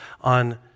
on